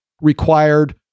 required